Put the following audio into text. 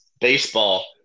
baseball